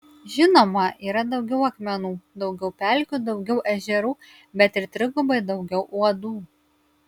žinoma yra daugiau akmenų daugiau pelkių daugiau ežerų bet ir trigubai daugiau uodų